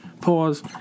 pause